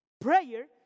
Prayer